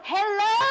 Hello